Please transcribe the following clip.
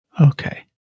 Okay